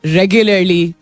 regularly